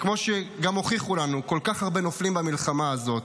וכמו שגם הוכיחו לנו כל כך הרבה נופלים במלחמה הזאת,